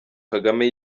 kagame